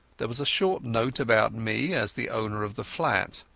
there was a short note about me as the owner of the flat.